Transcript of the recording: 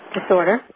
Disorder